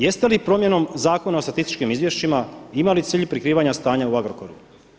Jeste li promjenom Zakona o statističkim izvješćima imali cilj prikrivanja stanja u Agrokoru?